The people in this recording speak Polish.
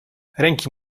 ręki